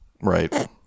Right